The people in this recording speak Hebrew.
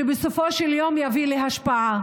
ובסופו של יום יביא להשפעה.